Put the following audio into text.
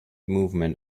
movement